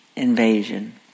invasion